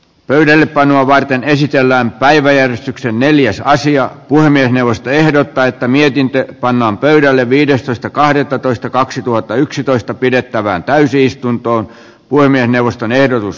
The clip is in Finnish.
pelien panoa varten esitellään päiväjärjestykseen neljässä asia puhemiesneuvosto ehdottaa että mietintö pannaan pöydälle viidestoista kahdettatoista kaksituhattayksitoista pidettävään asian käsittely keskeytetään